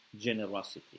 generosity